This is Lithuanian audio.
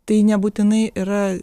tai nebūtinai yra